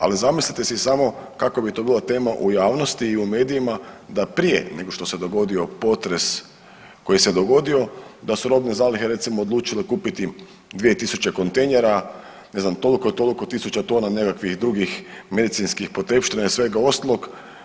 Ali zamislite si samo kakva bi to bila tema u javnosti i u medijima da prije nego što se dogodio potres koji se dogodio da su robne zalihe recimo odlučile kupiti 2000 kontejnera, ne znam toliko i toliko tisuća tona nekakvih drugih medicinskih potrepština i svega ostalog.